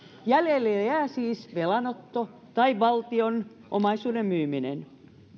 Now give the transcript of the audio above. jäljelle jää siis velanotto tai valtion omaisuuden myyminen